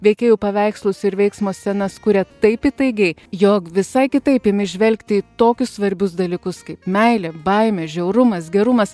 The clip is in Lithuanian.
veikėjų paveikslus ir veiksmo scenas kuria taip įtaigiai jog visai kitaip imi žvelgti į tokius svarbius dalykus kaip meilė baimė žiaurumas gerumas